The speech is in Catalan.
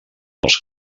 els